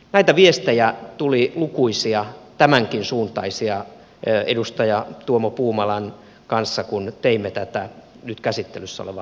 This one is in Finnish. näitä viestejä tuli lukuisia tämänkin suuntaisia kun edustaja tuomo puumalan kanssa teimme tätä nyt käsittelyssä olevaa lakialoitetta